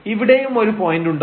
ഇവിടെയും ഒരു പോയന്റ് ഉണ്ടാവും